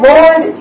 Lord